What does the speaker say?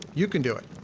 you can do it.